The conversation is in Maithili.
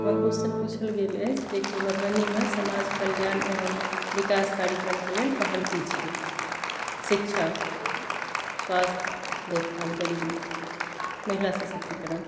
हमरा कोश्चन पूछल गेल अछि जे की मधुबनी मे समाज कल्याण एवम विकास कार्यक्रम के लेल पहल की छै शिक्षा स्वास्थ देखभाल गरीबी महिला सशक्तिकरण